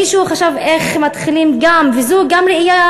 מישהו חשב איך מתחילים גם, וזו גם ראייה